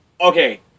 Okay